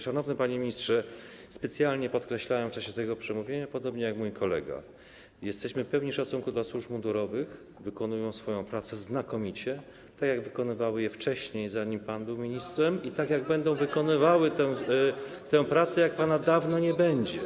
Szanowny panie ministrze, specjalnie podkreślałem w czasie tego przemówienia, podobnie jak mój kolega, że jesteśmy pełni szacunku dla służb mundurowych, które wykonują swoją pracę znakomicie, tak jak wykonywały ją wcześniej, zanim pan był ministrem, i tak jak będą wykonywały tę pracę, jak pana dawno nie będzie.